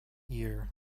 year